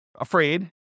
afraid